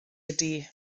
ydy